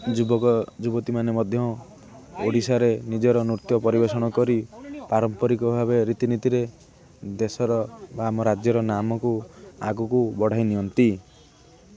ଯୁବକ ଯୁବତୀମାନେ ମଧ୍ୟ ଓଡ଼ିଶାରେ ନିଜର ନୃତ୍ୟ ପରିବେଷଣ କରି ପାରମ୍ପରିକ ଭାବେ ରୀତିନୀତିରେ ଦେଶର ବା ଆମ ରାଜ୍ୟର ନାମକୁ ଆଗକୁ ବଢ଼ାଇନିଅନ୍ତି